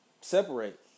separate